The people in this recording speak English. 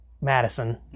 Madison